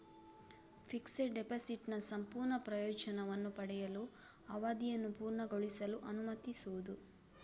fixed ಡೆಪಾಸಿಟಿನ ಸಂಪೂರ್ಣ ಪ್ರಯೋಜನವನ್ನು ಪಡೆಯಲು, ಅವಧಿಯನ್ನು ಪೂರ್ಣಗೊಳಿಸಲು ಅನುಮತಿಸುವುದು